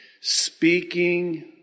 speaking